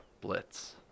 blitz